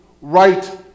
right